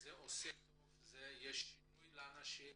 -- האם את רואה שזה עושה טוב ועושה שינוי לאנשים?